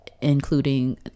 including